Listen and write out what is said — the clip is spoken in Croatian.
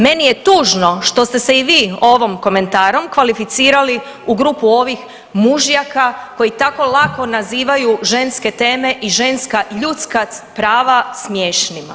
Meni je tužno što ste se i vi ovim komentarom kvalificirali u grupu ovih mužjaka koji tako lako nazivaju ženske teme i ženska ljudska prava smiješnima